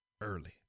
Early